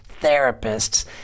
therapists